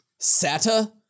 Sata